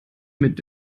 mit